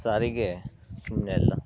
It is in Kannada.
ಆ ಸಾರಿಗೆ ಸುಮ್ಮನೆ ಅಲ್ಲ